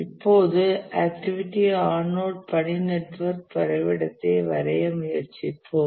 இப்போது activity on node பணி network வரைபடத்தை வரைய முயற்சிப்போம்